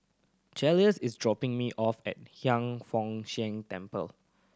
Joseluis is dropping me off at Hiang Foo Siang Temple